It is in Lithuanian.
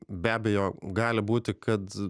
be abejo gali būti kad